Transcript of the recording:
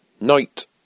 night